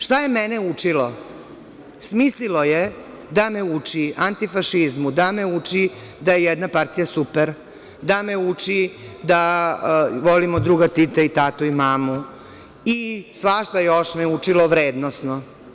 Šta je mene učilo, smislilo je da me uči antifašizmu, da me uči da je jedna partija super, da me uči da volimo druga Tita i tatu i mamu i svašta me još učilo vrednosno.